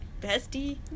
bestie